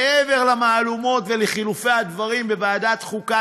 מעבר למהומות ולחילופי הדברים בוועדת חוקה,